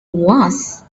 was